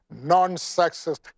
non-sexist